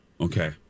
okay